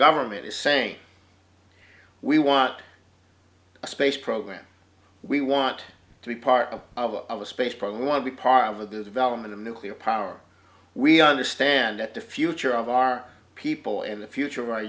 government is saying we want a space program we want to be part of of a space program want to be part of the development of nuclear power we understand that the future of our people and the future